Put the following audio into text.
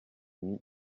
mie